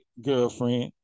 girlfriend